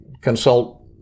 consult